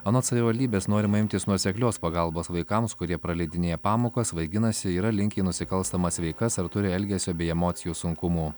anot savivaldybės norima imtis nuoseklios pagalbos vaikams kurie praleidinėja pamokas svaiginasi yra linkę į nusikalstamas veikas ar turi elgesio bei emocijų sunkumų